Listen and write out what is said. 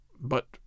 But